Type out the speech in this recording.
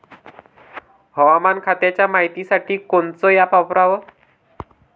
हवामान खात्याच्या मायतीसाठी कोनचं ॲप वापराव?